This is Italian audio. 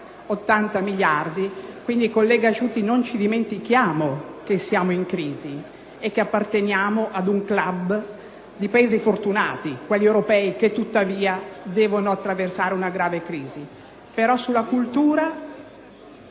80 miliardi di euro. Quindi, collega Asciutti, non ci dimentichiamo che siamo in crisi. Noi apparteniamo ad un *club* di Paesi fortunati, quelli europei, che tuttavia devono attraversare una grave crisi; però sulla cultura